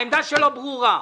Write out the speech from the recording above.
העמדה שלו ברורה.